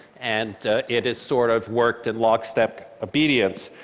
and it has sort of worked in lockstep obedience.